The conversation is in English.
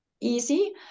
easy